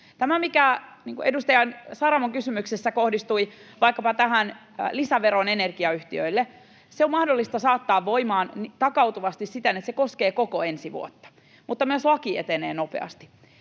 Tämä, mikä edustaja Saramon kysymyksessä kohdistui vaikkapa tähän lisäveroon energiayhtiöille, on mahdollista saattaa voimaan takautuvasti siten, että se koskee koko ensi vuotta, mutta myös laki etenee nopeasti.